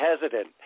hesitant